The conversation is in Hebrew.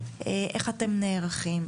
איך אתם נערכים?